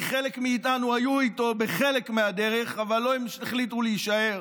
כי חלק מאיתנו היו איתו בחלק מהדרך אבל לא החליטו להישאר: